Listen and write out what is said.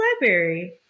library